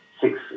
six